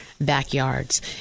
backyards